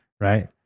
right